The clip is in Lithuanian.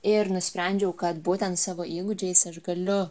ir nusprendžiau kad būtent savo įgūdžiais aš galiu